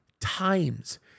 times